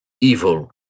evil